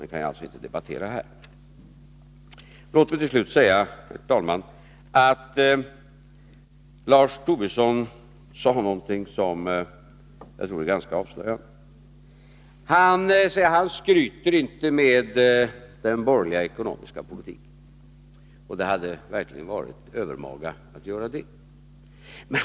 Det kan jag alltså inte debattera här. Låt mig till slut, herr talman, påpeka att Lars Tobisson sade någonting som jag tycker är ganska avslöjande. Han skryter inte med den borgerliga ekonomiska politiken. Det hade verkligen varit övermaga att göra det.